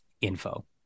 info